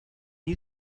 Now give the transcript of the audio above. you